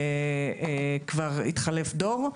כבר התחלף דור,